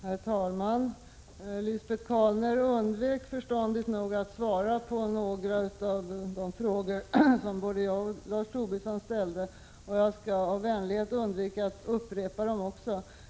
Herr talman! Lisbet Calner undvek förståndigt nog att svara på några av de frågor som jag och Lars Tobisson ställt, och jag skall av vänlighet undvika att upprepa dem.